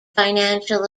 financial